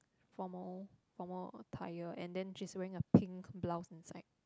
formal formal attire and then she is wearing a pink blouse inside